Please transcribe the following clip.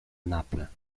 naples